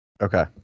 Okay